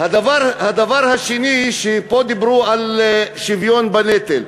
הדבר השני, פה דיברו על שוויון בנטל,